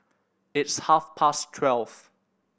its half past twelve